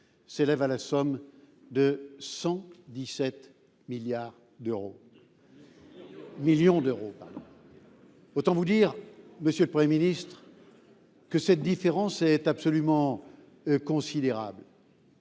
s’élève à 117 millions d’euros. Autant vous dire, monsieur le Premier ministre, que cette différence est absolument considérable.